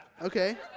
Okay